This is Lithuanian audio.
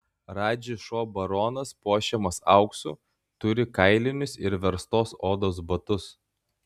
radži šuo baronas puošiamas auksu turi kailinius ir verstos odos batus